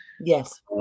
Yes